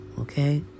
Okay